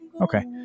okay